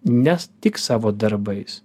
nes tik savo darbais